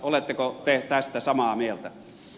oletteko te tästä samaa mieltä